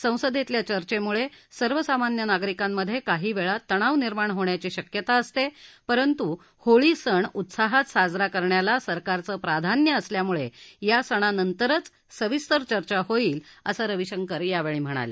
संसदेतल्या चर्चेमुळे सर्वसामान्य नागरिकांमध्ये काही वेळा तणाव निर्माण होण्याची शक्यता असते परंतु होळी सण उत्साहात साजरा करण्यांच सरकारचं प्राधान्य असल्यामुळे या सणानंतरच सविस्तर चर्चा होईल असं रवीशंकर यावेळी म्हणाले